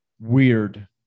Weird